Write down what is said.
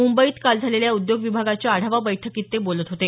मुंबईत काल झालेल्या उद्योग विभागाच्या आढावा बैठकीत ते बोलत होते